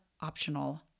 optional